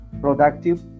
Productive